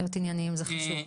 להיות ענייניים זה חשוב.